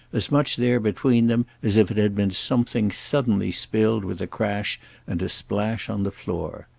as much there between them as if it had been something suddenly spilled with a crash and a splash on the floor.